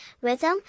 rhythm